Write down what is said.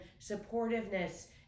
supportiveness